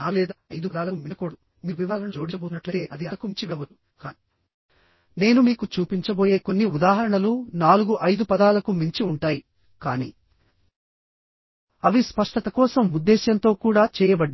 నాలుగు లేదా ఐదు పదాలకు మించకూడదు మీరు వివరాలను జోడించబోతున్నట్లయితే అది అంతకు మించి వెళ్ళవచ్చు కానీ నేను మీకు చూపించబోయే కొన్ని ఉదాహరణలు నాలుగు ఐదు పదాలకు మించి ఉంటాయి కానీ అవి స్పష్టత కోసం ఉద్దేశ్యంతో కూడా చేయబడ్డాయి